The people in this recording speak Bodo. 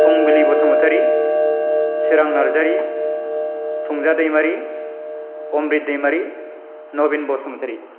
फुंबिलि बसुमतारि सोरां नार्जारि फुंजा दैमारि अमब्रिथ दैमारि नबिन बसुमतारि